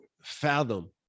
fathom